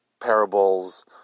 parables